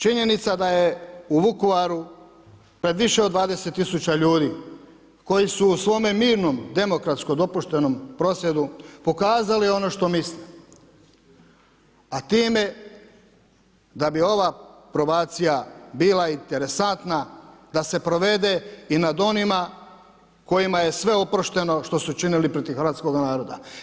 Činjenica da je u Vukovaru pred više od 20000 ljudi, koji su u svojem mirnom, demokratsko dopuštenom prosvjedu pokazali ono što misle, a time da bi ova probacija bila interesantna da se provede i nad onima kojima je sve oprošteno što su učinili protiv hrvatskoga naroda.